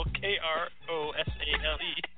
K-R-O-S-A-L-E